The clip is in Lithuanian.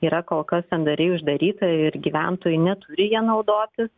yra kol kas sandariai uždaryta ir gyventojai neturi ja naudotis